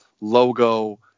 logo